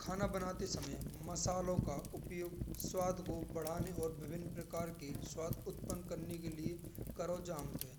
खाना बनाते समय मसालो का उपयोग स्वाद को बढ़ाने और विभिन्न प्रकार के स्वाद उत्पन्न करने के लिए करो जात है।